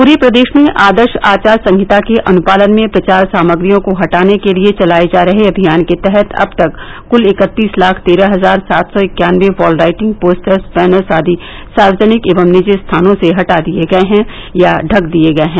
पूरे प्रदेश में आदर्श आचार संहिता के अनुपालन में प्रचार सामग्रियों को हटाने के लिए चलाये जा रहे अभियान के तहत अब तक कुल इक्कतीस लाख तेरह हजार सात सौ इक्यानबे वॉल राइटिंग पोस्टर्स बैनर्स आदि सार्वजनिक एवं निजी स्थानों से हटा दिये गये हैं या ढक दिये गये हैं